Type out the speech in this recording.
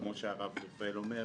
כמו שהרב רפאל אומר,